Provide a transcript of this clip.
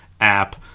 app